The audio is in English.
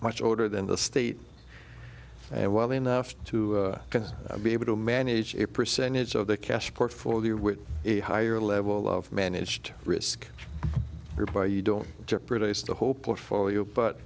much older than the state and well enough to be able to manage a percentage of their cash portfolio with a higher level of managed risk or by you don't jeopardize the hopeless foleo but